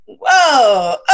whoa